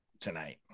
tonight